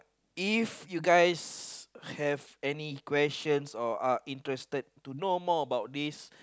if you guys have any questions or are interested to know more about this